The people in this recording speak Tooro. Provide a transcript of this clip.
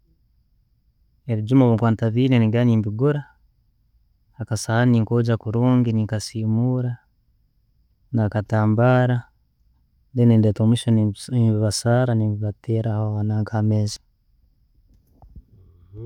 Ebijuma bwenkuba ntabine nengenda nembigura, akasahani nenkogya kurungi nekasimura nakatambara then ndeta omuyo ne- nembibasara nembatera aho ananka, ameza.